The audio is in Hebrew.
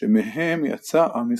שמהם יצא עם ישראל.